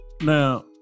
now